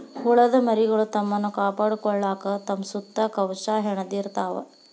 ಹುಳದ ಮರಿಗಳು ತಮ್ಮನ್ನ ಕಾಪಾಡಕೊಳಾಕ ತಮ್ಮ ಸುತ್ತ ಕವಚಾ ಹೆಣದಿರತಾವ